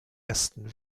aston